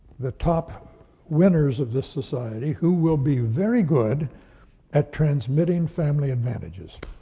the top winners of this society who will be very good at transmitting family advantages.